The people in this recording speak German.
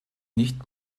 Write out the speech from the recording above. nicht